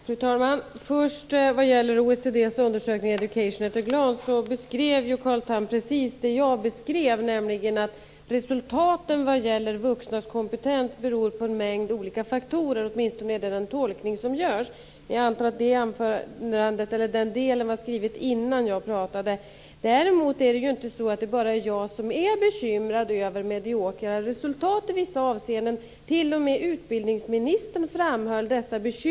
Fru talman! När det gäller OECD:s undersökning Education at a glance beskrev Carl Tham precis det som jag har beskrivit, nämligen att resultaten vad gäller vuxnas kompetens beror på en mängd olika faktorer - åtminstone är det den tolkning som görs. Jag antar att den delen av anförandet var skrivet innan jag var uppe och talade. Däremot är det inte bara jag som är bekymrad över mediokra resultat i vissa avseenden. T.o.m. utbildningsministern har uttryckt bekymmer på den punkten.